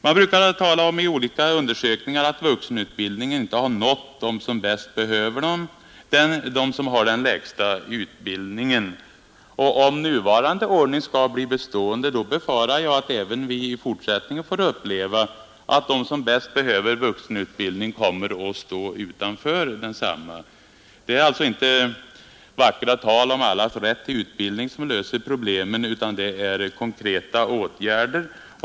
Man brukar i olika undersökningar tala om att vuxenutbildningen inte har nått dem som bäst behöver den, de som har den lägsta utbildningen. Om nuvarande ordning skall bli bestående befarar jag att vi även i fortsättningen får uppleva att de som bäst behöver vuxenutbildningen kommer att stå utanför densamma. Det är alltså inte vackra tal om allas rätt till utbildning som löser problemen utan det är konkreta åtgärder.